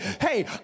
hey